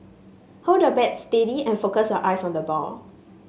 hold your bat steady and focus your eyes on the ball